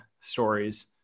stories